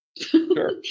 Sure